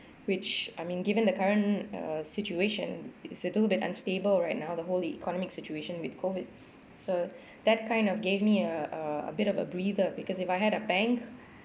which I mean given the current uh situation is a little bit unstable right now the whole economic situation with COVID so that kind of gave me uh a bit of a breather because if I had a bank